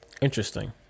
interesting